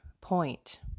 point